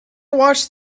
watched